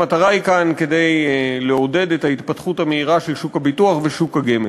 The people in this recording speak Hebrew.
המטרה היא כאן לעודד את ההתפתחות המהירה של שוק הביטוח ושוק הגמל.